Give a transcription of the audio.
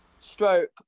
Stroke